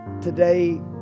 today